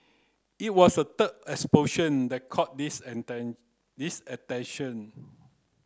it was the third explosion that caught this this attention